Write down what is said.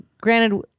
granted